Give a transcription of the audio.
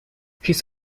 his